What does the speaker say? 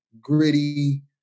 gritty